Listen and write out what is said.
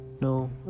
No